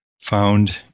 found